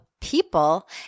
people